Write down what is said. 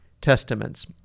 Testaments